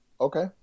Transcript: Okay